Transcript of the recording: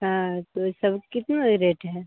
हाँ तो यह सब कितना रेट है